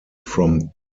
from